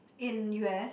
in u_s